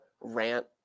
rant